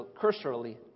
cursorily